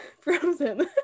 frozen